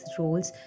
roles